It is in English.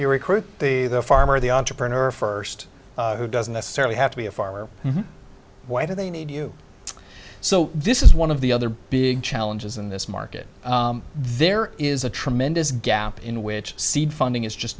you recruit the the farmer the entrepreneur first who doesn't necessarily have to be a farmer why do they need you so this is one of the other big challenges in this market there is a tremendous gap in which seed funding is just